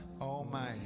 Almighty